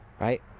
right